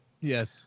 Yes